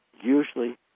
usually